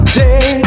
day